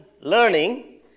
learning